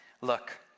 look